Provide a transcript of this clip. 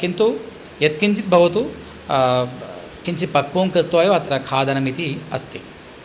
किन्तु यत्किञ्चित् भवतु किञ्चित् पक्वं कृत्वा एव अत्र खादनम् इति अस्ति